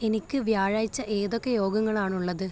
എനിക്ക് വ്യാഴായ്ച്ച ഏതൊക്കെ യോഗങ്ങളാണുള്ളത്